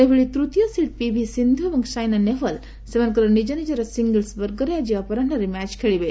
ସେହିଭଳି ତୃତୀୟ seed PV Sindhu ଏବଂ ସାଇନା ନେହୱାଲ ସେମାନଙ୍କର ନିଜନିଜର ସିଙ୍ଗଲ୍ପ ବର୍ଗରେ ଆକି ଅପରାହୁରେ ମ୍ୟାଚ୍ ଖେଳିବେ